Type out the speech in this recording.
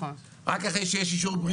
רק אחרי שיש אישור בריאות.